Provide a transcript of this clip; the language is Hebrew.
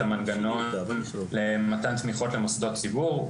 המנגנון למתן תמיכות למוסדות ציבור.